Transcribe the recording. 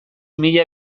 mila